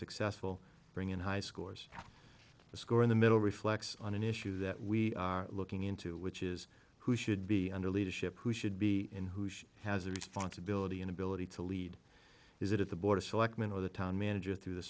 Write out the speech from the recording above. successful bring in high schoolers the score in the middle reflects on an issue that we are looking into which is who should be under leadership who should be in who she has a responsibility and ability to lead is it at the board of selectmen or the town manager through the